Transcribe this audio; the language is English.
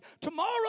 Tomorrow